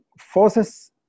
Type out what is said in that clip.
forces